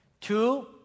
Two